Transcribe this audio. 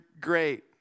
great